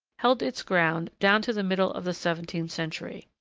held its ground down to the middle of the seventeenth century.